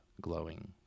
glowing